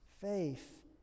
faith